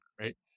right